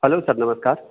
hello sir नमस्कार